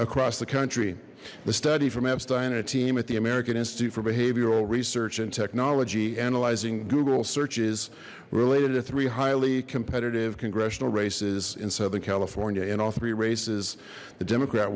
across the country the study from epstein a team at the american institute for behavioral research and technology analyzing google searches related to three highly competitive congressional races in southern california in all three races the democrat